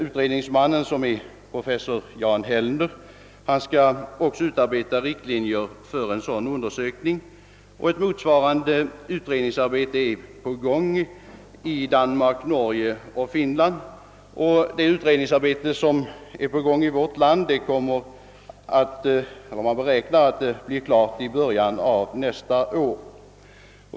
Utredningsmannen, professor Jan Hellner, skall också utarbeta riktlinjer för en sådan undersökning. Ett motsvarande utredningsarbete är på gång i Danmark, Norge och Finland. Utredningsarbetet i vårt land beräknas bli klart i början av nästa år.